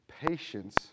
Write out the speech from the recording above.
patience